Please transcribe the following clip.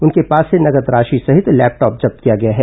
उनके पास से नगद राशि सहित लैपटॉप जब्त किया गया है